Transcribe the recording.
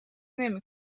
نمی